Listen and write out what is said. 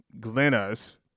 Glenna's